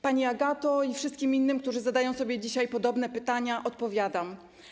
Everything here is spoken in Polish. Pani Agacie i wszystkim innym, którzy zadają sobie dzisiaj podobne pytania, odpowiadam.